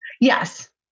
Yes